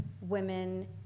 women